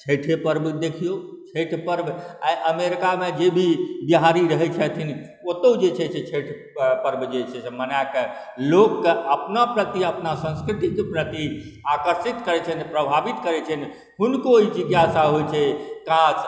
छठिए पर्व देखिऔ छठि पर्व आइ अमेरिकामे जे भी बिहारी रहै छथिन ओतऔ जे छै छठि पर्व जे छै से मनाके लोककेॅं अपना प्रति अपना संस्कृतिक प्रति आकर्षित करै छै प्रभावित करै छनि हुनको ई जिज्ञासा होइ छै काश